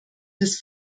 des